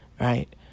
Right